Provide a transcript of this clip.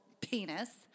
penis